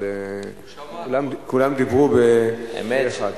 אבל כולם דיברו ב הוא שמע.